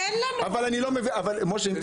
משה,